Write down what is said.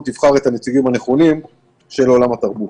יבחר את הנציגים הנכונים של עולם התרבות.